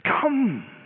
Come